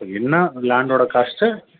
so என்ன லேண்டோடய cost